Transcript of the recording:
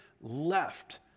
left